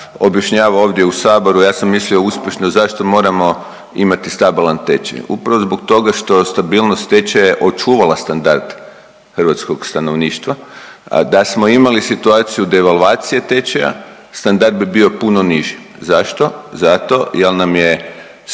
objašnjavao ovdje u saboru, ja sam mislio uspješno, zašto moramo imati stabilan tečaj. Upravo zbog toga što stabilnost teče od čuvala standarda hrvatskog stanovništva. Da smo imali situaciju devalvacije tečaja standard bi bio puno niži. Zašto? Zato jel nam je